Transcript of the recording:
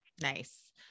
Nice